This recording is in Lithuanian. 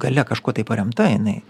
galia kažkuo tai paremta jinai